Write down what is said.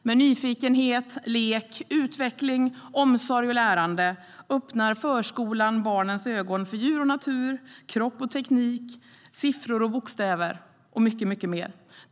Med nyfikenhet, lek, utveckling, omsorg och lärande öppnar förskolan barnens ögon för djur och natur, kropp och teknik, siffror, bokstäver och mycket mer.